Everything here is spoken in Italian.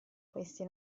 questi